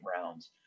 rounds